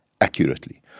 accurately